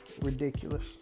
ridiculous